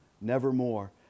nevermore